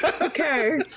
Okay